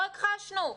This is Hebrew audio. לא הכחשנו.